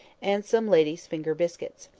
and some ladies'-finger biscuits.